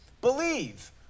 believe